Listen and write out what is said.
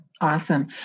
Awesome